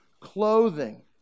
clothing